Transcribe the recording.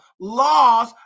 laws